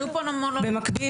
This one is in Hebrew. במקביל,